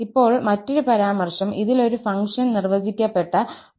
ഇപ്പോൾ മറ്റൊരു പരാമർശം ഇതിൽ ഒരു ഫംഗ്ഷൻ നിർവചിക്കപ്പെട്ടെ −𝑙 𝑙